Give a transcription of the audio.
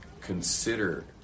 consider